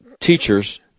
teachers